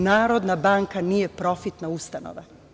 Narodna banka nije profitna ustanova.